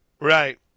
right